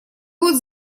будет